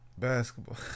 Basketball